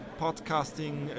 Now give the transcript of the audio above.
podcasting